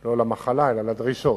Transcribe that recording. לא למחלה אלא לדרישות.